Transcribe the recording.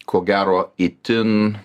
ko gero itin